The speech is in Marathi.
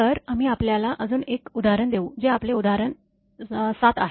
तर आम्ही आपल्यास अजून एक उदाहरण देऊ जे आपले उदाहरण 7 आहे